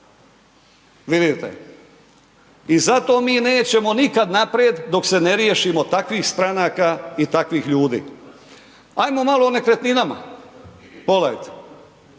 Vidite, i zato mi nećemo nikad naprijed dok se ne riješimo takvih stranaka i takvih ljudi. Hajmo malo o nekretninama, pogledajte.